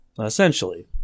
Essentially